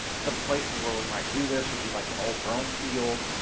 some places where we might do this would be like an old brome field,